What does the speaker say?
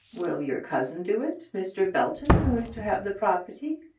will your cousin do it mr. belton, who is to have the property?